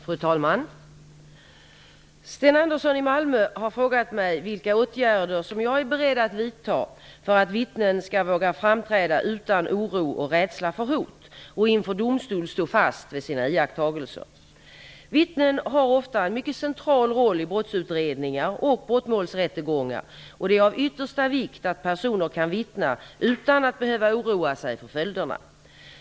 Fru talman! Sten Andersson i Malmö har frågat mig vilka åtgärder som jag är beredd att vidta för att vittnen skall våga framträda utan oro och rädsla för hot, och inför domstol stå fast vid sina iakttagelser. Vittnen har ofta en mycket central roll i brottsutredningar och brottmålsrättegångar och det är av yttersta vikt att personer kan vittna utan att behöva oroa sig för följderna.